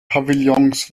pavillons